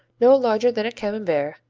no larger than a camembert,